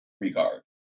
regard